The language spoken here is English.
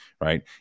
right